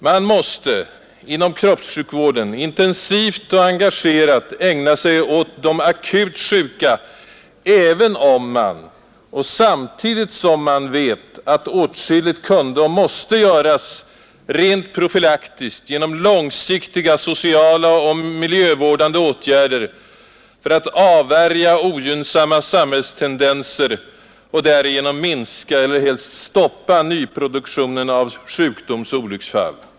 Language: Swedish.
Man måste inom kroppssjukvården intensivt och engagerat ägna sig åt de akut sjuka, även om man och samtidigt som man vet att åtskilligt kunde och måste göras rent profylaktiskt genom långsiktiga sociala och miljövårdande åtgärder för att avvärja ogynnsamma samhällstendenser och därigenom minska eller helt stoppa nyproduktionen av sjukdomsoch olycksfall.